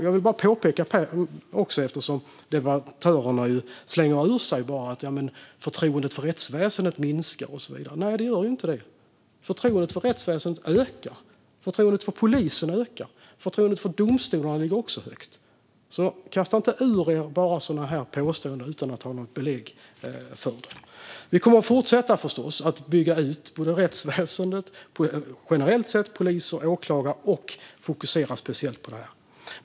Jag vill påpeka en sak eftersom debattörerna bara slänger ur sig att förtroendet för rättsväsendet minskar och så vidare. Nej, det gör ju inte det. Förtroendet för rättsväsendet ökar. Förtroendet för polisen ökar. Förtroendet för domstolarna ligger också högt. Kasta inte bara ur er sådana här påståenden utan att ha något belägg för dem! Vi kommer förstås att fortsätta bygga ut rättsväsendet generellt sett med polis och åklagare och även fokusera speciellt på detta.